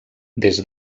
des